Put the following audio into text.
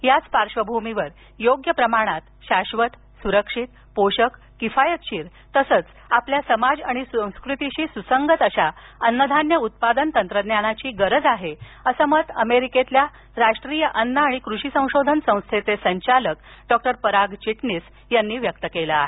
याच पार्श्वभूमीवर योग्य प्रमाणात शाश्वत सुरक्षित पोषक किफायतशीर तसंच आपल्या समाज आणि संस्कृतीशी सुसंगत अशा अन्नधान्य उत्पादन तंत्रज्ञानाची गरज आहे असं मत अमेरिकेतल्या राष्ट्रीय अन्न आणि कृषी संशोधन संस्थेचे संचालक डॉक्टर पराग चिटणिस यांनी व्यक्त केलं आहे